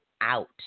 out